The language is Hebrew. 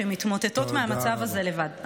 שמתמוטטות מהמצב הזה לבד.